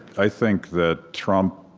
i think that trump,